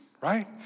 Right